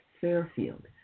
Fairfield